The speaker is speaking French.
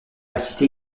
cité